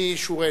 מי ישורנו.